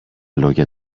λόγια